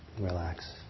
Relax